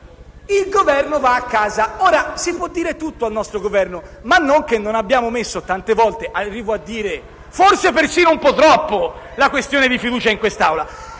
il Governo va a casa. Ora, si può dire tutto al nostro Governo, ma non che non abbiamo messo tante volte - arrivo a dire forse un po' troppo - la questione di fiducia in quest'Assemblea;